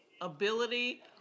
ability